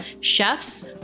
chefs